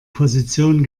position